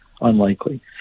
Unlikely